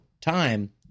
time